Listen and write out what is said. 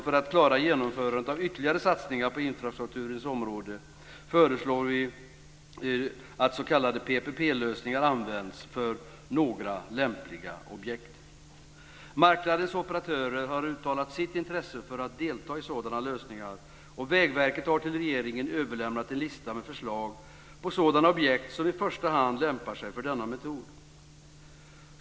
För att klara genomförandet av ytterligare satsningar på infrastrukturens område föreslår vi dessutom att s.k. PPP-lösningar används för några lämpliga objekt. Marknadens operatörer har uttalat sitt intresse för att delta i sådana lösningar. Vägverket har till regeringen överlämnat en lista med förslag på sådana objekt som i första hand lämpar sig för denna metod.